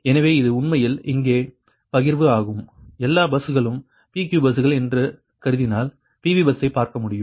எனவே இது உண்மையில் இங்கே பகிர்வு ஆகும் எல்லா பஸ் களும் PQ பஸ்கள் என்று கருதினால் PV பஸ்ஸைப் பார்க்க முடியும்